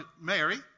Mary